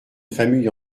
famille